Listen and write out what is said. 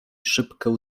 szybkę